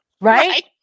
Right